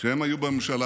כשהם היו בממשלה,